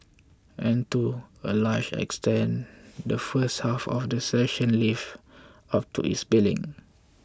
and to a large extent the first half of the session lived up to its billing